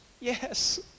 yes